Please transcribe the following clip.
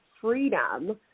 freedom